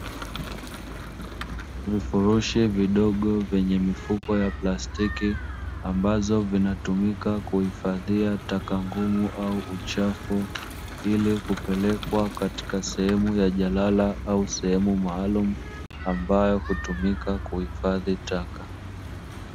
Vifurushi vidogo vyenye mifuko ya plastiki, ambazo zinatumika kuhifadhia taka gumu au uchafu ili kupelekwa katika sehemu ya jalala au sehemu maalumu ambayo hutumika kuhifadhi taka.